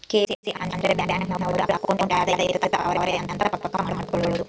KYC ಅಂದ್ರ bank ನವರು account ಯಾರದ್ ಇರತ್ತ ಅವರೆ ಅಂತ ಪಕ್ಕ ಮಾಡ್ಕೊಳೋದು